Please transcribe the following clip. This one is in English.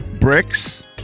bricks